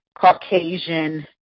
Caucasian